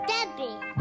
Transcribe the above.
Debbie